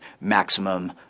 maximum